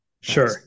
sure